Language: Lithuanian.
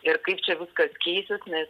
ir kaip čia viskas keisis nes